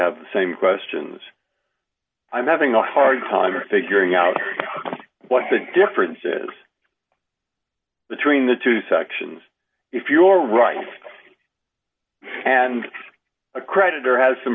have the same questions i'm having a hard time figuring out what the difference is between the two sections if your right and a creditor has some